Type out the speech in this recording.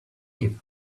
live